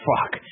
Fuck